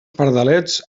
pardalets